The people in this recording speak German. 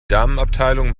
damenabteilung